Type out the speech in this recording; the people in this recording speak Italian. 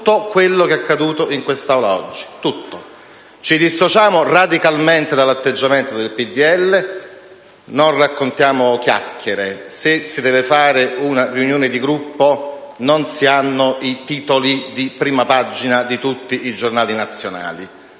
tutto quello che è accaduto in quest'Aula oggi, da tutto. Ci dissociamo radicalmente dall'atteggiamento del Popolo della Libertà. Non raccontiamo chiacchiere: se si deve fare una riunione di Gruppo, non si hanno i titoli in prima pagina su tutti i giornali nazionali.